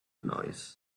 noise